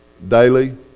Daily